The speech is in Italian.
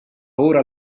ora